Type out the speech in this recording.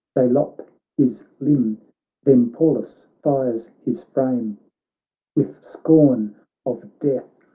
they lop his limb then pallas fires his frame with scorn of death,